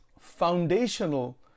foundational